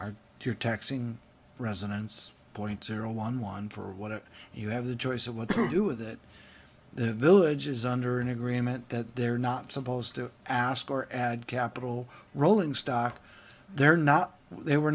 are you're taxing resonance point zero one one for what you have the choice of what to do with it the villages under an agreement that they're not supposed to ask or add capital rolling stock they're not there we're